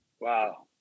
Wow